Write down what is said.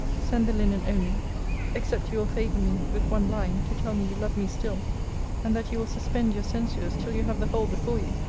send the linen only except you will favour me with one line, to tell me you love me still and that you will suspend your censures till you have the whole before you.